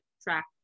track